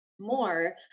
more